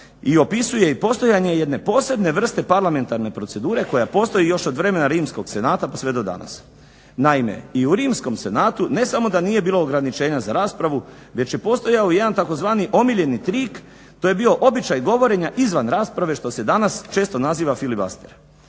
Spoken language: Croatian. i opisuje i postojanje jedne posebne vrste parlamentarne procedure koja postoji još od vremena Rimskog senata pa sve do danas. Naime, i u Rimskom senatu ne samo da nije bilo ograničenja za raspravu već je postojao jedan tzv. omiljeni trik, to je bio običaj govorenja izvan rasprave što se danas često naziva filibuster.